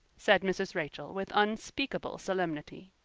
said mrs. rachel with unspeakable solemnity.